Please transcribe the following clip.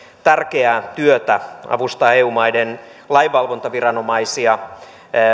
tärkeää työtä avustaa eu maiden lainvalvontaviranomaisia